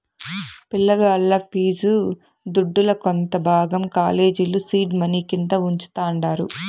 పిలగాల్ల ఫీజు దుడ్డుల కొంత భాగం కాలేజీల సీడ్ మనీ కింద వుంచతండారు